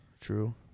true